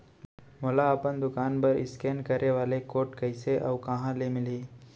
मोला अपन दुकान बर इसकेन करे वाले कोड कइसे अऊ कहाँ ले मिलही?